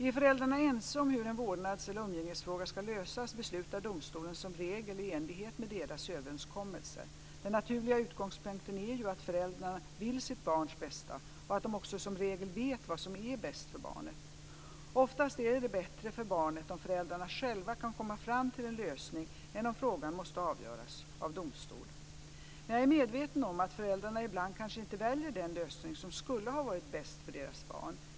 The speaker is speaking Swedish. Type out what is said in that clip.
Är föräldrarna ense om hur en vårdnads eller umgängesfråga ska lösas, beslutar domstolen som regel i enlighet med deras överenskommelse. Den naturliga utgångspunkten är ju att föräldrarna vill sitt barns bästa och att de också som regel vet vad som är bäst för barnet. Oftast är det bättre för barnet om föräldrarna själva kan komma fram till en lösning än om frågan måste avgöras av domstol. Men jag är medveten om att föräldrarna ibland kanske inte väljer den lösning som skulle ha varit bäst för deras barn.